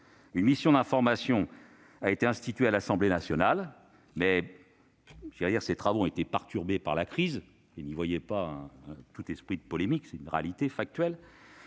Une mission d'information a été créée à l'Assemblée nationale, mais ses travaux ont été perturbés par la crise- n'y voyez pas un élément de polémique, c'est une réalité factuelle,